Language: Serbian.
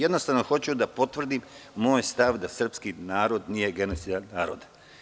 Jednostavno, hoću da potvrdim moj stav, da srpski narod nije genocidan narod.